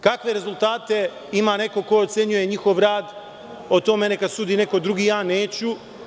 Kakve rezultate ima neko ko ocenjuje njihov rad o tome neka sudi neko drugi, ja neću.